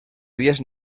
dies